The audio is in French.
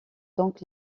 donc